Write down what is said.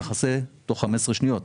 לנו אין התרעות,